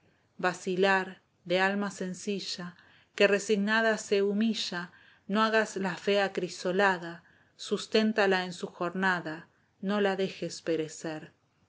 vacilar de alma sencilla que resignada se humilla no hagas la fe acrisolada susténtala en su jornada no la dejes perecer